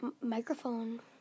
microphone